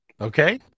Okay